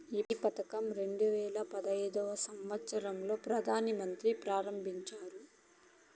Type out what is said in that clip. ఈ పథకం రెండు వేల పడైదు సంవచ్చరం లో ప్రధాన మంత్రి ఆరంభించారు